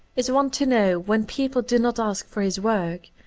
is one to know, when people do not ask for his work,